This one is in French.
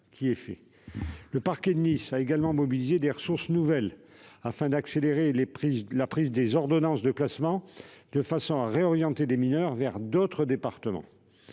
Le parquet de Nice a également mobilisé des ressources nouvelles afin d'accélérer la prise des ordonnances de placement de façon à réorienter des mineurs vers d'autres départements.